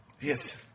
Yes